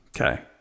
okay